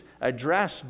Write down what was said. address